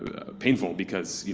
painful, because.